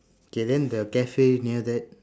okay then the cafe near that